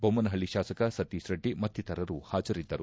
ಬೊಮ್ನಹಳ್ಳಿ ಶಾಸಕ ಸತೀಶ್ ರೆಡ್ಡಿ ಮತ್ತಿತರರು ಹಾಜರಿದ್ದರು